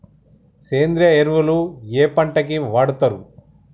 సేంద్రీయ ఎరువులు ఏ పంట కి వాడుతరు?